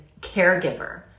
caregiver